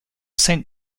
saint